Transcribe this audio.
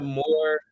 more